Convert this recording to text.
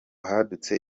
hadutse